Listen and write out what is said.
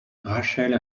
rachel